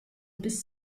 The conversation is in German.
bis